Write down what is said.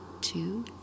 two